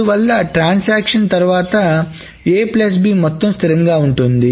అందువల్ల ట్రాన్సాక్షన్ తర్వాత A plus B మొత్తం స్థిరంగా ఉంటుంది